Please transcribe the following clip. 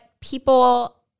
people